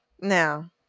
Now